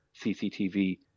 CCTV